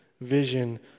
vision